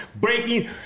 breaking